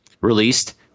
released